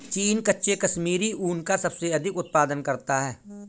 चीन कच्चे कश्मीरी ऊन का सबसे अधिक उत्पादन करता है